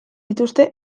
dituzte